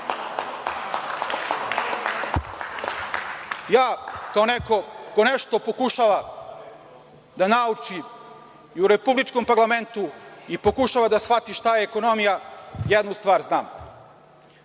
kao neko ko pokušava nešto da nauči i u republikom parlamentu i pokušava da shvati šta je ekonomija, jednu stvar znam.